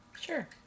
Sure